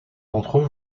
d’entre